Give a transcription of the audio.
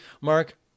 Mark